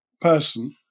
person